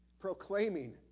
proclaiming